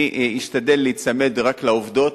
אני אשתדל להיצמד רק לעובדות